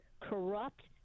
corrupt